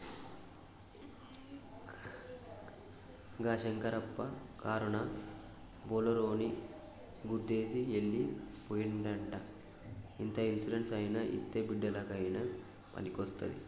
గా శంకరప్ప కారునా బోలోరోని గుద్దేసి ఎల్లి పోనాదంట ఇంత ఇన్సూరెన్స్ అయినా ఇత్తే బిడ్డలకయినా పనికొస్తాది